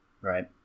Right